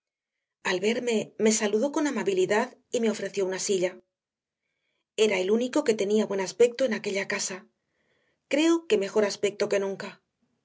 al verme me saludó con amabilidad y me ofreció una silla era el único que tenía buen aspecto en aquella casa creo que mejor aspecto que nunca